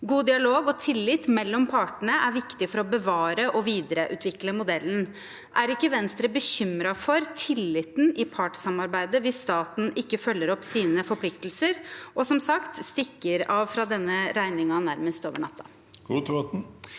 God dialog og tillit mellom partene er viktig for å bevare og videreutvikle modellen. Er ikke Venstre bekymret for tilliten i partssamarbeidet hvis staten ikke følger opp sine forpliktelser og, som sagt, stikker av fra denne regningen nærmest over natten?